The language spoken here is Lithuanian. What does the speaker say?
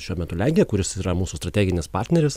šiuo metu lenkija kuris yra mūsų strateginis partneris